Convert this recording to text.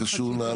מה זה קשור?